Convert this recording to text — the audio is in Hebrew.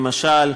למשל,